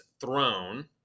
throne